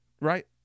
right